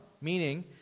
meaning